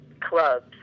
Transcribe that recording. clubs